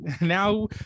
now